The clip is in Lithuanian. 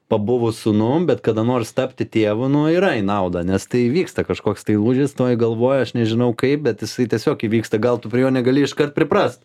pabuvus sūnum bet kada nors tapti tėvu nu yra į naudą nes tai įvyksta kažkoks tai lūžis toj galvoj aš nežinau kaip bet jisai tiesiog įvyksta gal tu prie jo negali iškart priprast